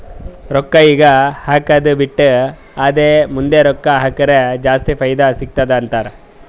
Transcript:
ರೊಕ್ಕಾ ಈಗ ಹಾಕ್ಕದು ಬಿಟ್ಟು ಅದೇ ಮುಂದ್ ರೊಕ್ಕಾ ಹಕುರ್ ಜಾಸ್ತಿ ಫೈದಾ ಸಿಗತ್ತುದ ಅಂತಾರ್